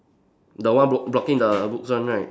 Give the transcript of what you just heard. the one block blocking the books one right